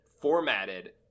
formatted